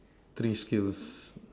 three skills